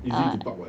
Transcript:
easy to park what